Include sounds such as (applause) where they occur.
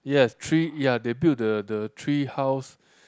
yes tree ya they build the the tree house (breath)